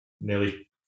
nearly